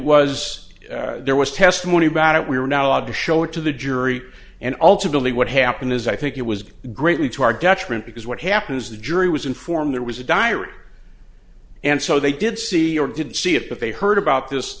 was there was testimony about it we were now allowed to show it to the jury and ultimately what happened is i think it was greatly to our detriment because what happens the jury was informed there was a diary and so they did see or didn't see it but they heard about this